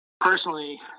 Personally